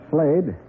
Slade